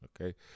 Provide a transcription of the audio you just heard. Okay